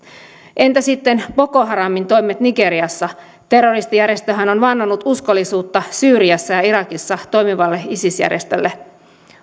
entä sitten boko haramin toimet nigeriassa terroristijärjestöhän on vannonut uskollisuutta syyriassa ja irakissa toimivalle isis järjestölle